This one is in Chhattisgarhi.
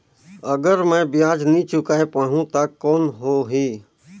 अगर मै ब्याज नी चुकाय पाहुं ता कौन हो ही?